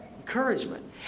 encouragement